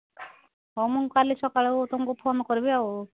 ହଉ ମୁଁ କାଲି ସକାଳୁ ତମକୁ ଫୋନ୍ କରିବି ଆଉ